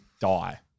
die